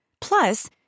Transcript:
Plus